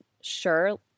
sure